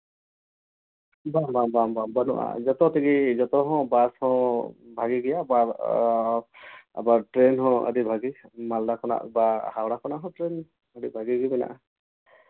ᱵᱟᱝ ᱵᱟᱝ ᱵᱟᱝ ᱵᱟᱝ ᱵᱟᱹᱱᱩᱜᱼᱟ ᱡᱚᱛᱚ ᱛᱮᱜᱮ ᱡᱚᱛᱚ ᱦᱚᱸ ᱵᱟᱥ ᱦᱚᱸ ᱵᱷᱟᱜᱮ ᱜᱮᱭᱟ ᱟᱵᱟᱨ ᱟᱵᱟᱨ ᱴᱨᱮᱹᱱ ᱦᱚᱸ ᱟᱹᱰᱤ ᱵᱷᱟᱹᱜᱤ ᱢᱟᱞᱫᱟ ᱠᱷᱚᱱᱟᱜ ᱵᱟ ᱦᱟᱣᱲᱟ ᱠᱷᱚᱱᱟᱜ ᱦᱚᱸ ᱴᱨᱮᱹᱱ ᱟᱹᱰᱤ ᱵᱷᱟᱹᱜᱤ ᱜᱮ ᱢᱮᱱᱟᱜᱼᱟ